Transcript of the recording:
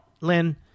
lynn